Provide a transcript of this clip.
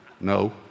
No